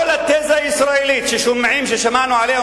כל התזה הישראלית ששמענו עליה,